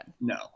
no